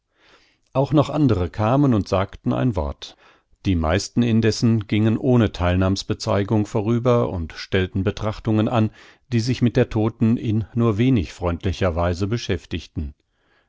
auch noch andre kamen und sagten ein wort die meisten indessen gingen ohne theilnahmsbezeigung vorüber und stellten betrachtungen an die sich mit der todten in nur wenig freundlicher weise beschäftigten